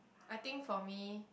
I think for me